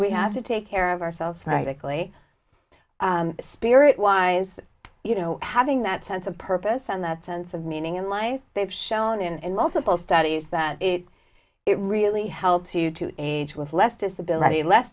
we have to take care of ourselves and isaac lee spirit wise you know having that sense of purpose and that sense of meaning in life they've shown in multiple studies that it really helps you to age with less disability less